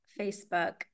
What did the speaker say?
Facebook